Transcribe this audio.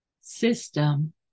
system